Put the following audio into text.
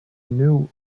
knew